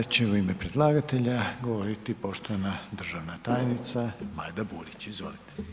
A sada će u ime predlagatelja govoriti poštovana državna tajnica Majda Burić, izvolite.